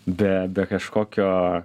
be be kažkokio